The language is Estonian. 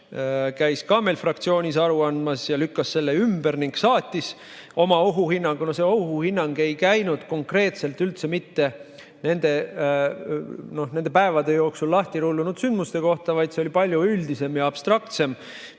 käis meil fraktsioonis aru andmas ja lükkas selle ümber ning saatis oma ohuhinnangu. See ohuhinnang ei käinud konkreetselt üldse mitte nende päevade jooksul lahti rullunud sündmuste kohta, vaid see oli palju üldisem ja abstraktsem,